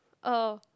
oh